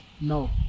No